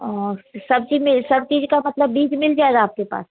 और सब्जी में सब चीज का मतलब बीज मिल जाएगा आपके पास